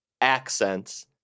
accents